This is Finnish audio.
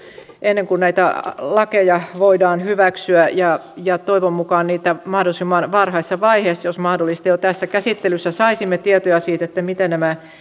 ennen kuin näitä lakeja voidaan hyväksyä ja ja toivon mukaan mahdollisimman varhaisessa vaiheessa jo tässä käsittelyssä jos mahdollista saisimme tietoja siitä mitä